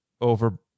over